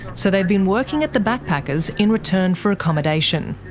so they've been working at the backpackers' in return for accommodation.